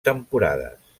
temporades